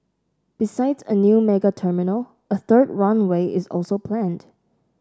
besides a new mega terminal a third runway is also planned